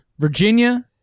Virginia